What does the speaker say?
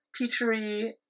teachery